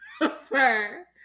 prefer